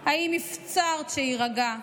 / האם הפצרת שיירגע?